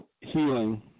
healing